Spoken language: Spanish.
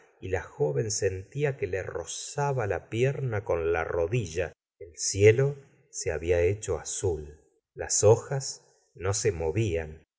y la joven sentía que le rozaba la pierna con la rodilla el cielo se habla hecho azul las hojas no se movían